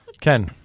Ken